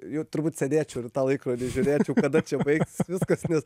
jau turbūt sėdėčiau ir į tą laikrodį žiūrėčiau kada čia baigsis viskas nes